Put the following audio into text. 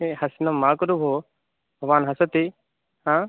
हे हसनं मा कुरु भोः भवान् हसति हा